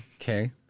Okay